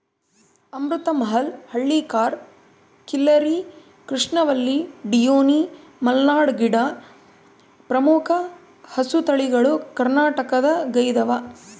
ಅಮೃತ ಮಹಲ್ ಹಳ್ಳಿಕಾರ್ ಖಿಲ್ಲರಿ ಕೃಷ್ಣವಲ್ಲಿ ಡಿಯೋನಿ ಮಲ್ನಾಡ್ ಗಿಡ್ಡ ಪ್ರಮುಖ ಹಸುತಳಿಗಳು ಕರ್ನಾಟಕದಗೈದವ